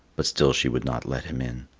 but still she would not let him in.